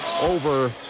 over